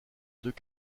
deux